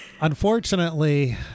Unfortunately